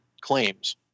claims